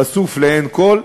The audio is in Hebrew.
חשופים לעין כול.